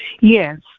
Yes